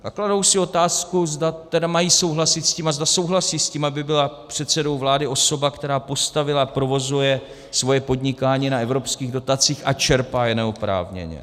A kladou si otázku, zda tedy mají souhlasit s tím a zda souhlasí s tím, aby byla předsedou vlády osoba, která postavila a provozuje svoje podnikání na evropských dotacích a čerpá je neoprávněně.